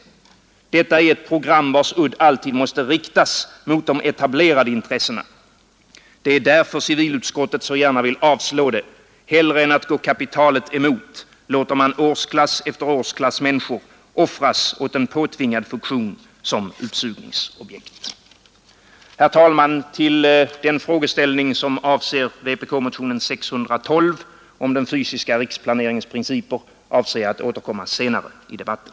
Detta är ett program vars udd alltid måste riktas mot etablerade intressen. Det är därför civilutskottet så gärna vill avslå det. Hellre än att gå kapitalet emot låter man årsklass efter årsklass människor offras åt en påtvingad funktion som utsugningsobjekt. Herr talman! Till den frågeställning som avser vpk-motionen 612 om den fysiska riksplaneringens principer avser jag att återkomma senare i debatten.